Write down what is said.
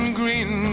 green